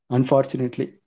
Unfortunately